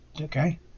okay